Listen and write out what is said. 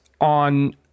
on